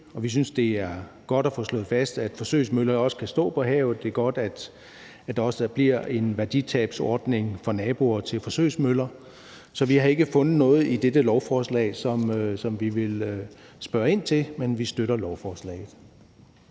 Vi synes, det er godt at få slået fast, at forsøgsmøller også kan stå på havet. Det er godt, at der også bliver en værditabsordning for naboer til forsøgsmøller. Så vi har ikke fundet noget i dette lovforslag, som vi vil spørge ind til, men støtter lovforslaget.